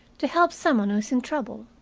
to help some one who is in trouble.